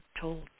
told